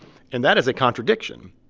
and that is a contradiction.